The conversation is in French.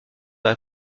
dans